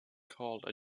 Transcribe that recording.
called